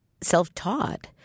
self-taught